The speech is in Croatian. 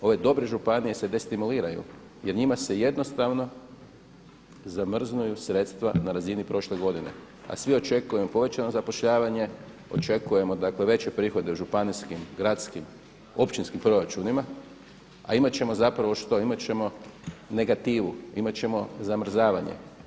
Ove dobre županije se destimuliraju jer njima se jednostavno zamrznuju sredstva na razini prošle godine, a svi očekujemo povećano zapošljavanje, očekujemo dakle veće prihode u županijskim, gradskim, općinskim proračunima, a imat će zapravo što, imat ćemo negativu, imat ćemo zamrzavanje.